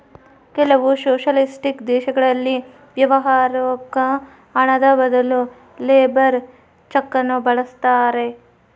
ಕೆಲವು ಸೊಷಲಿಸ್ಟಿಕ್ ದೇಶಗಳಲ್ಲಿ ವ್ಯವಹಾರುಕ್ಕ ಹಣದ ಬದಲು ಲೇಬರ್ ಚೆಕ್ ನ್ನು ಬಳಸ್ತಾರೆ